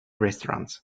restaurants